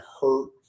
hurt